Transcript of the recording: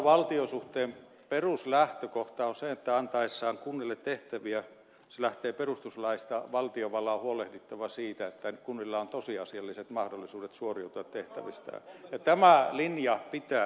kuntavaltio suhteen peruslähtökohta on se että antaessaan kunnille tehtäviä se lähtee perustuslaista valtiovallan on huolehdittava siitä että kunnilla on tosiasialliset mahdollisuudet suoriutua tehtävistään ja tämä linja pitää